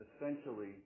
essentially